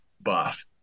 buff